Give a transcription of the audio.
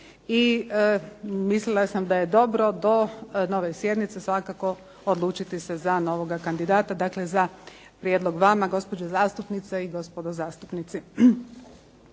i mislila sam da je dobro do nove sjednice svakako odlučiti se za novoga kandidata. Dakle za prijedlog vama, gospođe zastupnice i gospodo zastupnici.